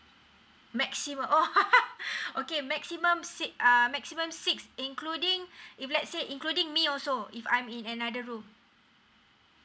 maximum oh !ha! !ha! okay maximum six uh maximum six including if let's say including me also if I'm in another room